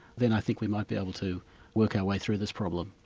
then i think we might be able to work our way through this problem.